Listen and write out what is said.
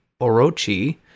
Orochi